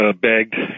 begged